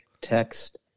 text